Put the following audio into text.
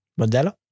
Modelo